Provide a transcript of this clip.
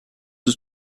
was